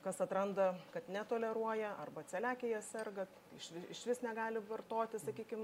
kas atranda kad netoleruoja arba celiakija serga išvi išvis negali vartoti sakykim